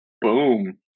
Boom